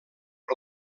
per